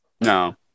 No